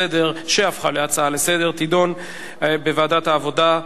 להצעה לסדר-היום ולהעביר את הנושא לוועדת העבודה,